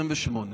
מחר ב-10:28.